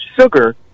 sugar